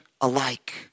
alike